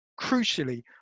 crucially